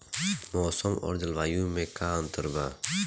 मौसम और जलवायु में का अंतर बा?